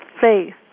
faith